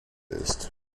ist